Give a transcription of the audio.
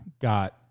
got